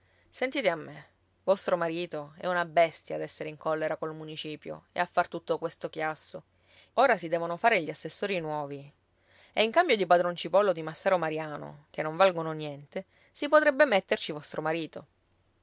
sentite a me vostro marito è una bestia ad essere in collera col municipio e a far tutto questo chiasso ora si devono fare gli assessori nuovi in cambio di padron cipolla o di massaro mariano che non valgono niente e si potrebbe metterci vostro marito